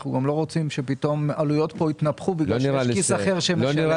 אנחנו לא רוצים שעלויות יתנפחו בגלל שכיס אחר משלם.